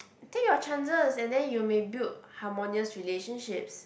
take your chances and then you may build harmonious relationships